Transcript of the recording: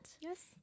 Yes